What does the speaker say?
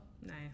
Nice